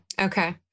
Okay